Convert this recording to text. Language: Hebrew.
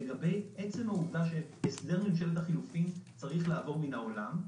לגבי עצם העובדה שהסדר ממשלת החילופים צריך לעבור מן העולם.